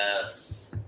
Yes